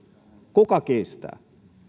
kuka kiistää